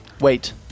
Wait